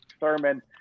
Thurman